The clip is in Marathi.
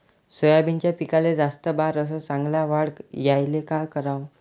सोयाबीनच्या पिकाले जास्त बार अस चांगल्या वाढ यायले का कराव?